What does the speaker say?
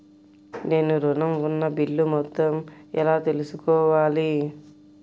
నేను ఋణం ఉన్న బిల్లు మొత్తం ఎలా తెలుసుకోవాలి?